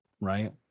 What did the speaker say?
right